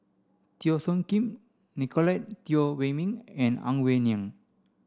Teo Soon Kim Nicolette Teo Wei min and Ang Wei Neng